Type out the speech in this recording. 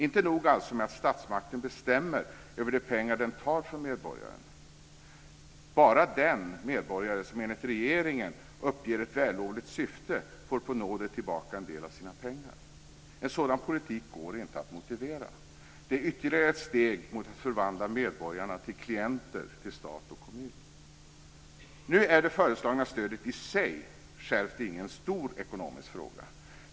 Alltså inte nog med att statsmakten bestämmer över de pengar som den tar från medborgaren, utan det är också så att bara den medborgare som enligt regeringen uppger ett vällovligt syfte får på nåder tillbaka en del av sina pengar. En sådan politik går det inte att motivera, utan detta är ytterligare ett steg mot att förvandla medborgarna till klienter till stat och kommun. Nu är det föreslagna stödet i sig självt ingen stor ekonomisk fråga.